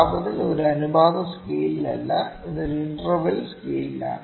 താപനില ഒരു അനുപാത സ്കെയിലിലല്ല അത് ഒരു ഇന്റർവെൽ സ്കെയിലിലാണ്